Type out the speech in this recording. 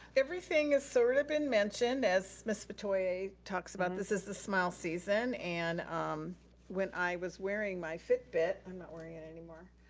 everything has sorta been mentioned. as miss metoyer talks about, this is the smile season. and um when i was wearing my fitbit, i'm not wearing it anymore,